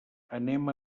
anem